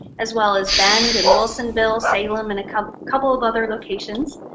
as well as bend, and wilsonville, salem and a couple couple of other locations.